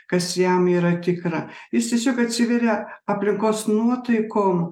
kas jam yra tikra jis tiesiog atsiveria aplinkos nuotaikom